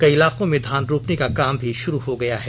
कई इलाकों में धान रोपनी का काम भी शुरू हो गया है